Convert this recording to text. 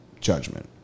judgment